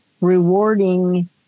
rewarding